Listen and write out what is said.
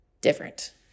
different